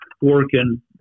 working